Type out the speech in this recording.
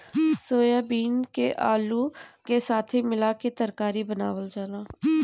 soybean के आलू का साथे मिला के तरकारी बनावल जाला